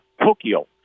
Tokyo